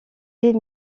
des